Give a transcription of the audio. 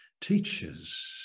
teachers